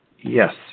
Yes